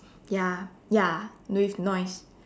ya ya with noise